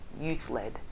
youth-led